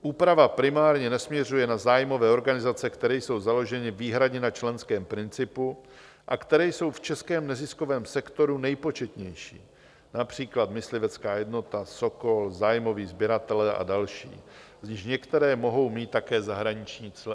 Úprava primárně nesměřuje na zájmové organizace, které jsou založeny výhradně na členském principu a které jsou v českém neziskovém sektoru nejpočetnější, například myslivecká jednota, Sokol, zájmoví sběratelé a další, z nichž některé mohou mít také zahraniční členy.